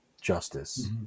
justice